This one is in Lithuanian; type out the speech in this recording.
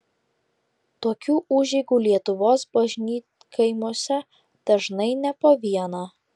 tokių užeigų lietuvos bažnytkaimiuose dažnai ne po vieną